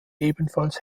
ebenfalls